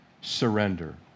surrender